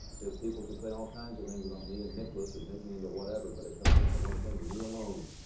says, people can say all kinds of things about me and nicklaus and make me into whatever. but it comes down to one thing. me alone.